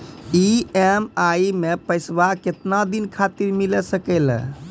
EMI मैं पैसवा केतना दिन खातिर मिल सके ला?